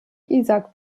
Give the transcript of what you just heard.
isaak